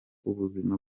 ubuzima